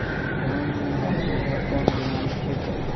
धान म है बुढ़िया कोन बिमारी छेकै?